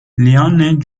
leanne